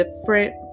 different